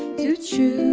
to she